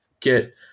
get